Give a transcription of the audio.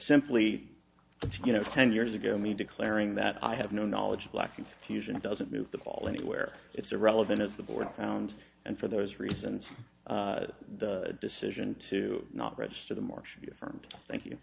simply you know ten years ago me declaring that i have no knowledge of lacking fusion it doesn't move the ball anywhere it's irrelevant as the board found and for those reasons the decision to not register the march from thank you